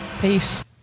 Peace